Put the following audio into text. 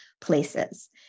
places